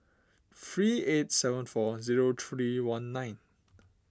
three eight seven four zero three one nine